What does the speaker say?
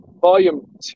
Volume